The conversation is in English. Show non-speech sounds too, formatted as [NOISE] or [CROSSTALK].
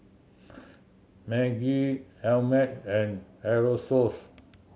[NOISE] Maggi Ameltz and Aerosoles